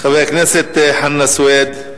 חבר הכנסת חנא סוייד,